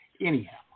Anyhow